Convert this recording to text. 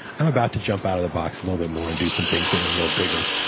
i'm about to jump out of the box a little bit more and do some things that are a little bigger,